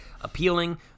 appealing